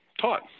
taught